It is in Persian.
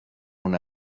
اون